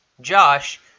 Josh